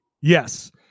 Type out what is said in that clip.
Yes